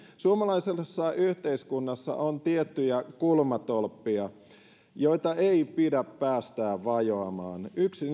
puhemies suomalaisessa yhteiskunnassa on tiettyjä kulmatolppia joita ei pidä päästää vajoamaan yksi